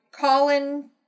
colin